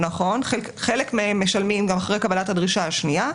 חלק מהם משלמים גם אחרי קבלת הדרישה השנייה.